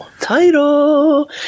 title